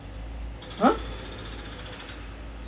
!huh!